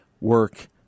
work